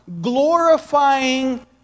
glorifying